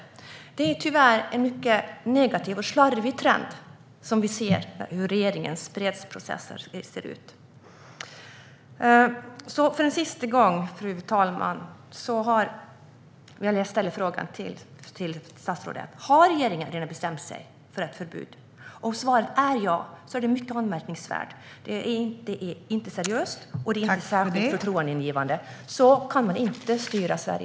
Det är tyvärr en mycket negativ och slarvig trend som vi ser när det gäller regeringens beredningsprocesser. Fru talman! Jag vill ställa frågan till statsrådet en sista gång: Har regeringen redan bestämt sig för ett förbud? Om svaret är ja är det mycket anmärkningsvärt. Det är inte seriöst, och det är inte särskilt förtroendeingivande. Så kan man inte styra Sverige.